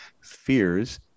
fears